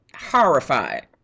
horrified